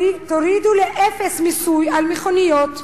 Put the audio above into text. תורידו לאפס מיסוי על מכוניות חשמליות,